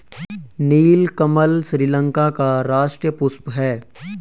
नीलकमल श्रीलंका का राष्ट्रीय पुष्प है